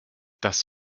das